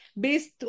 based